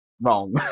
wrong